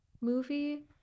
movie